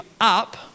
up